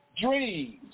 dreams